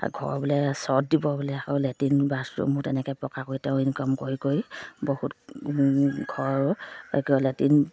ঘৰ বোলে চৰ্ট দিব বোলে আকৌ লেট্ৰিন বাথৰুমো তেনেকৈ পকা কৰি তেওঁ ইনকাম কৰি কৰি বহুত ঘৰ লেট্ৰিন